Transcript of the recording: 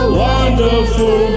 wonderful